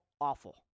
awful